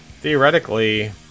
theoretically